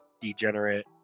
degenerate